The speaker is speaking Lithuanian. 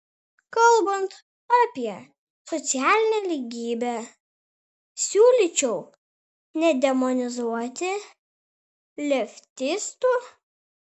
kalbant apie socialinę lygybę siūlyčiau nedemonizuoti leftistų